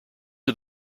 are